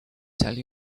tell